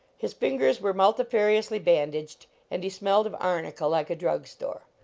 his fingers were multifariously bandaged and he smelled of arnica like a drug store.